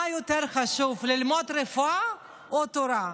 מה יותר חשוב, ללמוד רפואה או תורה?